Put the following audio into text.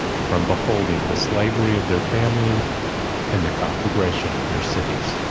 from beholding the slavery of their families and the conflagration of their cities.